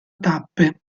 tappe